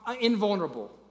invulnerable